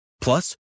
Plus